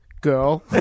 girl